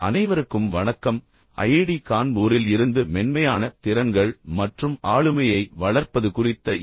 அனைவருக்கும் வணக்கம் ஐஐடி கான்பூரில் இருந்து மென்மையான திறன்கள் மற்றும் ஆளுமையை வளர்ப்பது குறித்த என்